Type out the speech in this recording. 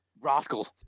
rascal